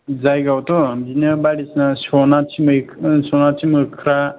जायगायावथ' बिदिनो बायदिसिना स'नाथि स'नाथि मोख्रा